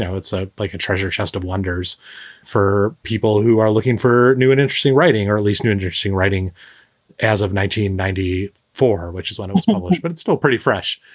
it's ah like a treasure chest of wonders for people who are looking for new and interesting writing, or at least new interesting writing as of nineteen ninety four, which is when it was published. but it's still pretty fresh,